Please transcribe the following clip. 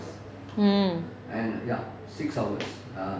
mm